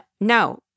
no